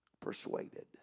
persuaded